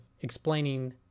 explaining